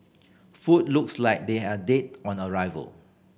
food looks like they are dead on arrival